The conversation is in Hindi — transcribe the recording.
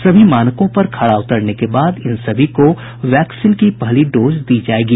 सभी मानकों पर खड़ा उतरने के बाद इन सभी को वैक्सीन की पहली डोज दी जायेगी